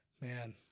Man